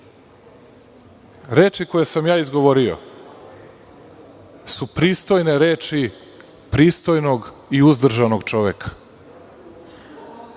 koje sam ja izgovorio su pristojne reči pristojnog i uzdržanog čoveka.